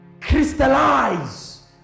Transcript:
Crystallize